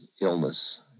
illness